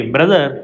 Brother